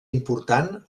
important